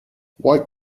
white